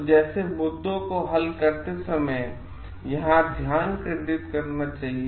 तो जैसे मुद्दों को हल करते समय यहाँ ध्यान केंद्रित करना चाहिए